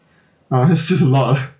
ah it's just a lot ah